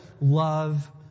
love